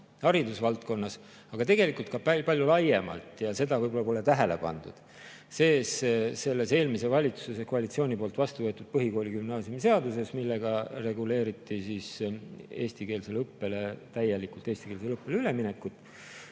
haridusvaldkonnas, aga tegelikult ka palju laiemalt. Seda võib-olla pole tähele pandud. See on sees eelmise valitsuskoalitsiooni poolt vastu võetud põhikooli‑ ja gümnaasiumiseaduses, millega reguleeriti täielikult eestikeelsele õppele üleminekut.